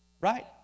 Right